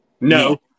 No